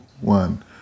one